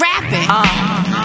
rapping